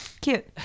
Cute